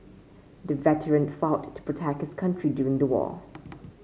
the veteran fought to protect his country during the war